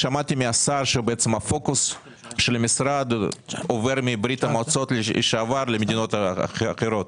שמעתי מהשר שהפוקוס של המשרד עובר מברית המועצות לשעבר למדינות אחרות